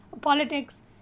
politics